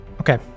Okay